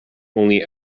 only